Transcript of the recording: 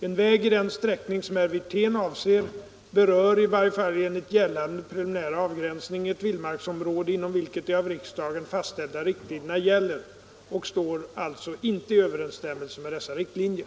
En väg i den sträckning som herr Wirtén avser berör, i varje fall enligt gällande preliminära avgränsning, ett vildmarksområde inom vilket de av riksdagen fastställda riktlinjerna gäller och står alltså inte i överensstämmelse med dessa riktlinjer.